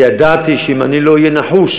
וידעתי שאם אני לא אהיה נחוש